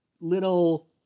little